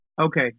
okay